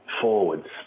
forwards